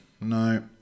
No